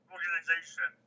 organization